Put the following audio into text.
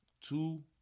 two